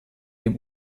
den